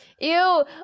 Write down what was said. Ew